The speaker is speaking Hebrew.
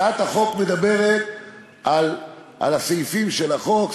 הצעת החוק מדברת על הסעיפים של החוק,